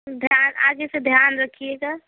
ध्यान आगे से ध्यान रखिएगा